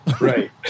Right